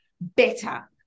better